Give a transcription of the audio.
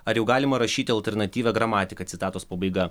ar jau galima rašyti alternatyvią gramatiką citatos pabaiga